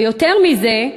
ויותר מזה,